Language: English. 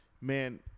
man